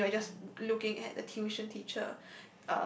and then you are just looking at the tuition teacher